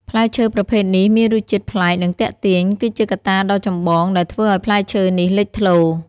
ផ្លែឈើប្រភេទនេះមានរសជាតិប្លែក និងទាក់ទាញ គឺជាកត្តាដ៏ចម្បងដែលធ្វើឱ្យផ្លែឈើនេះលេចធ្លោ។